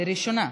זו הראשונה.